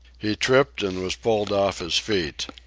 he tripped and was pulled off his feet.